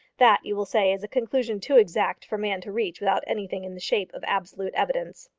that, you will say, is a conclusion too exact for man to reach without anything in the shape of absolute evidence.